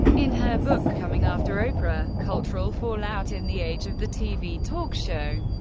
in her book coming after oprah cultural fallout in the age of the tv talk show,